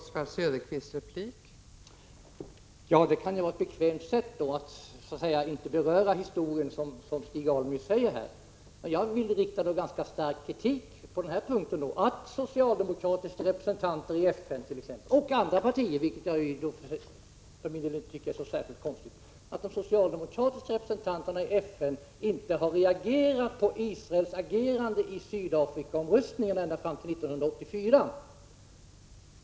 Fru talman! Det kan ju vara ett bekvämt sätt att undvika att beröra historien. Jag vill rikta ganska skarp kritik mot att socialdemokratiska representanter i FN — och även andra partiers, vilket dock förvånar mindre — inte har reagerat på Israels agerande i Sydafrikaomröstningarna ända fram till 1984.